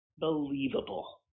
Believable